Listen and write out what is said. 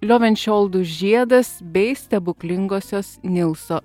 liovenčioldų žieda bei stebuklingosios nilso